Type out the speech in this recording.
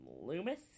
Loomis